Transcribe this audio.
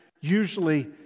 usually